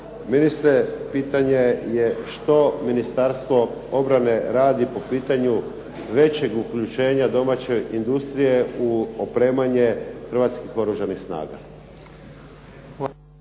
Ministre, pitanje je što Ministarstvo obrane radi po pitanju većeg uključenja domaće industrije u opremanje hrvatskih Oružanih snaga?